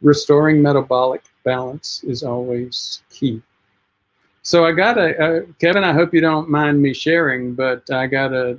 restoring metabolic balance is always key so i got a kevin i hope you don't mind me sharing but i got a